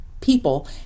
people